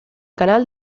canal